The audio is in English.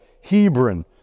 Hebron